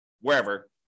wherever